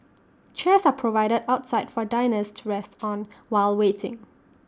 chairs are provided outside for diners to rest on while waiting